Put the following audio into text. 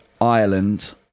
Ireland